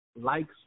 likes